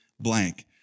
blank